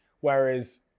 Whereas